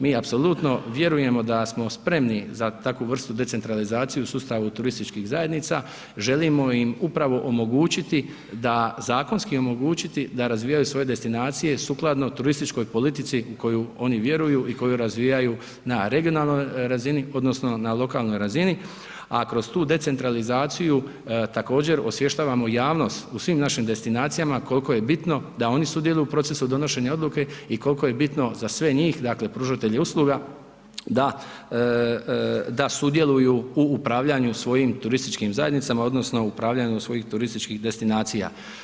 Mi apsolutno vjerujemo da smo spremni za takvu vrstu decentralizacije u sustavu turističkih zajednica, želimo im upravo omogućiti da zakonski omogućiti da razvijaju svoje destinacije sukladno turističkoj politici u koju ono vjeruju i koju razvijaju na regionalnoj razini odnosno na lokalnoj razini, a kroz tu decentralizaciju također osvještavamo javnost u svim našim destinacijama koliko je bitno da oni sudjeluju u procesu donošenja odluke i koliko je bitno za sve njih, dakle pružatelje usluga da, da sudjeluju u upravljanju svojim turističkim zajednicama odnosno upravljanju svojih turističkih destinacija.